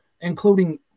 including